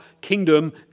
kingdom